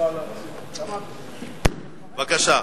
בבקשה.